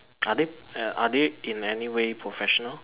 are they uh are they in any way professional